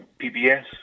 PBS